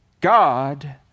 God